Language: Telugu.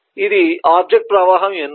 ఇది ఆబ్జెక్ట్ ప్రవాహం ఎందుకు